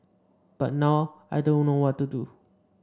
but now I don't know what to do